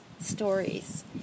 stories